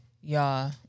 Y'all